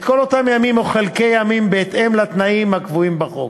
את כל אותם ימים או חלקי ימים בהתאם לתנאים הקבועים בחוק.